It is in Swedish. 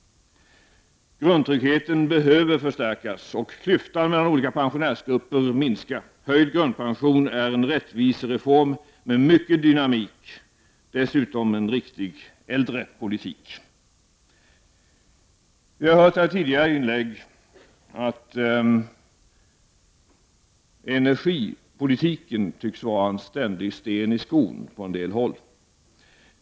Grundtryggheten behöver stärkas och klyftan mellan olika pensionsgrupper minska. Höjd grundpension är en rättvisereform med mycket dynamik, dessutom en riktig äldrepolitik! Vi har här i tidigare inlägg hört att energipolitiken tycks vara en ständig sten i skon på en del håll.